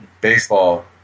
baseball